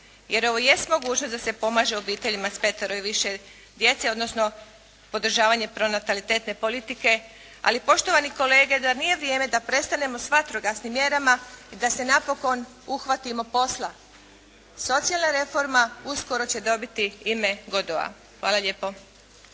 Jer ovo jest mogućnost da se pomaže obiteljima s petero ili više djece odnosno podržavanje pronatalitetne politike, ali poštovani kolege, zar nije vrijeme da prestanemo s vatrogasnim mjerama i da se napokon uhvatimo posla. Socijalna reforma uskoro će dobiti ime Godoa. Hvala lijepo.